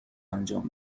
انجام